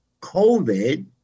COVID